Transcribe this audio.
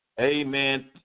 amen